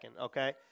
okay